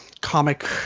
comic